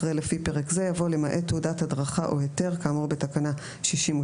אחרי "לפי פרק זה" יבוא "למעט תעודת הדרכה או היתר כאמור בתקנה 62(א).